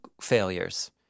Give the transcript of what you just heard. failures